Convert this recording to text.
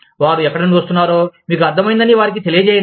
వారు ఎక్కడ నుండి వస్తున్నారో మీకు అర్థమయిందని వారికి తెలియజేయండి